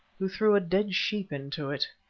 who threw a dead sheep into it.